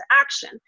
action